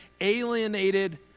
alienated